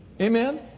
Amen